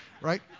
right